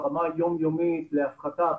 באמת,